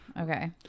okay